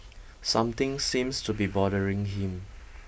something seems to be bothering him